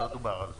לא דובר על זה.